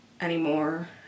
anymore